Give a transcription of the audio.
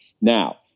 Now